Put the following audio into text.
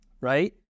Right